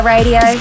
Radio